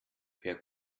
per